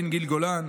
עו"ד גיל גולן,